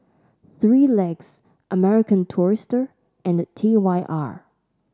Three Legs American Tourister and T Y R